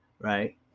right